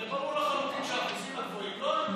הרי ברור לחלוטין שהאחוזים הגבוהים לא היו בכל המדינה,